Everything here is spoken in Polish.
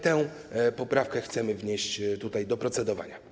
Tę poprawkę chcemy wnieść do procedowania.